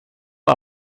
har